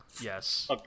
Yes